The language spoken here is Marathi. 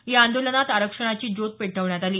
या आंदोलनात आरक्षणाची ज्योत पेटवण्यात आली